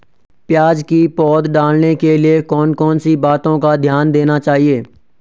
प्याज़ की पौध डालने के लिए कौन कौन सी बातों का ध्यान देना चाहिए?